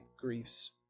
griefs